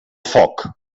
foc